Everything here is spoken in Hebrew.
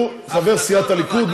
הוא חבר סיעת הליכוד,